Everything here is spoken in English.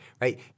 right